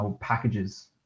packages